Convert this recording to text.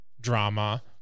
drama